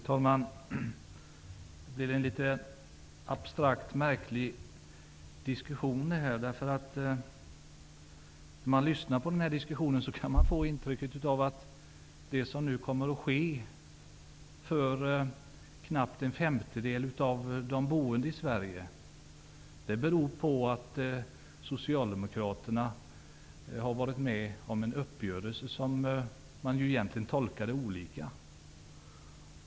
Fru talman! Det här blev en något abstrakt och märklig diskussion. När man lyssnar på diskussionen kan man få intrycket att det som nu kommer att ske för knappt en femtedel av de boende i Sverige beror på att Socialdemokraterna har varit med om en uppgörelse som egentligen tolkades olika.